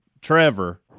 Trevor